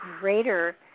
greater